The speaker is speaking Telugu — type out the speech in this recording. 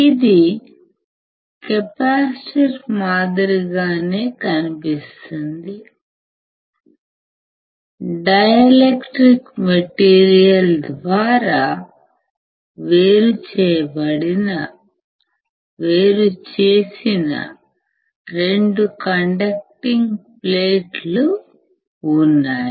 ఇది కెపాసిటర్ మాదిరిగానే కనిపిస్తుంది డైఎలక్ట్రిక్ మెటీరియల్ ద్వారా వేరు చేయబడిన వేరుచేసిన 2 కండక్టింగ్ ప్లేట్లు ఉన్నాయి